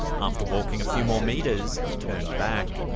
after walking a few more meters, he turned back.